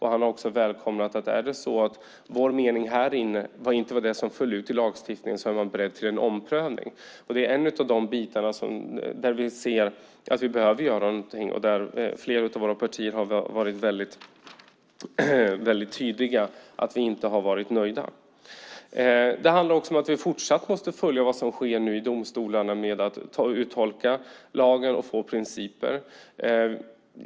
Han har också sagt att om vår mening här i kammaren inte var det som föll ut i lagstiftningen är man beredd till en omprövning. Det är en av de delar där vi ser att vi behöver göra någonting och där flera av våra partier har varit tydliga med att de inte har varit nöjda. Det handlar också om att vi fortsatt måste följa vad som nu sker i domstolarna när det gäller att uttolka lagen och få principer.